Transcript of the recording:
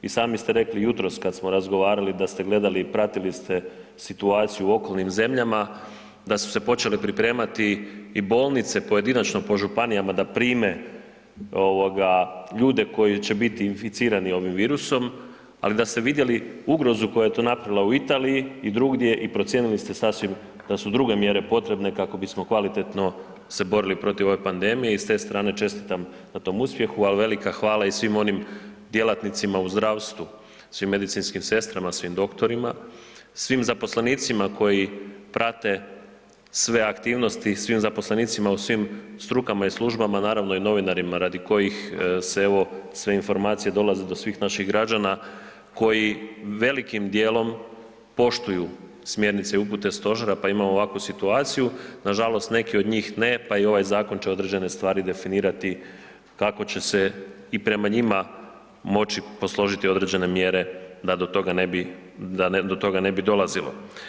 I sami ste rekli i jutros kad smo razgovarali da ste gledali i pratili ste situaciju u okolnim zemljama, da su se počele pripremati i bolnice pojedinačno po županijama da prime ovoga ljude koji će biti inficirani ovim virusom, ali da ste vidjeli ugrozu koja je to napravila u Italiji i drugdje i procijenili ste sasvim da su druge mjere potrebne kako bismo kvalitetno se borili protiv ove pandemije i s te strane čestitam na tom uspjehu, a velika hvala i svim onim djelatnicima u zdravstvu, svim medicinskim sestrama, svim doktorima, svim zaposlenicima koji prate sve aktivnosti, svim zaposlenicima u svim strukama i službama naravno i novinarima radih kojih se evo sve informacije dolaze do svih naših građana koji velikim dijelom poštuju smjernice i upute stožera pa imamo ovakvu situaciju, nažalost neki od njih ne, pa i ovaj zakon će određene stvari definirati kako će se i prema njima moći posložiti određene mjere da do toga ne bi dolazilo.